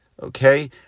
Okay